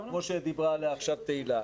כמו שדיברה עליה עכשיו תהלה,